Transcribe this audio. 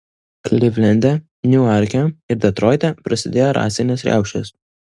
klivlende niuarke ir detroite prasidėjo rasinės riaušės